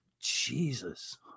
Jesus